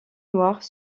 noirs